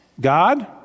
God